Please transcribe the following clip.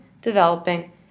developing